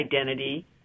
identity